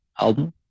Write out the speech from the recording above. album